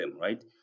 right